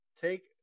take